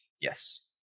yes